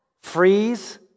freeze